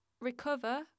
recover